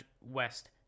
West